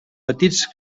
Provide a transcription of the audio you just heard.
petits